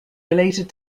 related